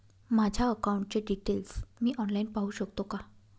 माझ्या अकाउंटचे डिटेल्स मी ऑनलाईन पाहू शकतो का?